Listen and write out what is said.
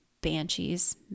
banshees